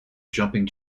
jumping